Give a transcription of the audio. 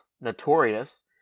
Notorious